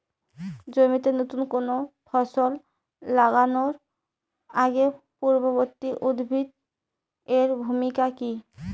জমিতে নুতন কোনো ফসল লাগানোর আগে পূর্ববর্তী উদ্ভিদ এর ভূমিকা কি?